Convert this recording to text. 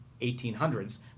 1800s